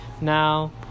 Now